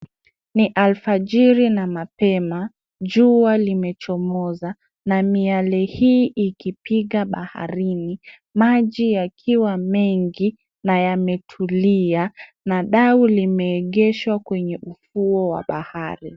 Ni alfajiri na mapema. Jua limechomoza na miale hii ikipiga baharini. Maji yakiwa mengi na yametulia na dau limeegeshwa kwenye ufuo wa bahari.